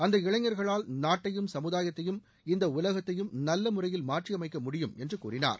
அந்த இளைஞர்களால் நாட்டையும் சமுதாயத்தையும் இந்த உலகத்தையும் நல்ல முறையில் மாற்றியமைக்க முடியும் என்று கூறினார்